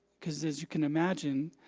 because as you can imagine,